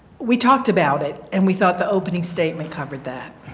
we talked about it and we thought the opening statement covered that.